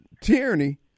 tyranny